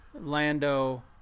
lando